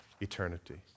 eternity